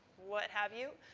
what have you.